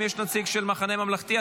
האם יש נציג של המחנה הממלכתי?